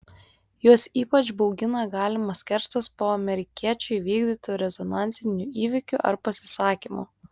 juos ypač baugina galimas kerštas po amerikiečių įvykdytų rezonansinių įvykių ar pasisakymų